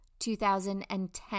2010